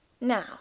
Now